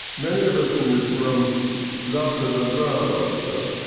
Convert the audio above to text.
many of us in this room loved and unveiled oscar.